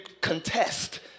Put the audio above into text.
contest